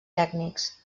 tècnics